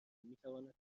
میتواند